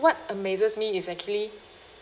what amazes me is actually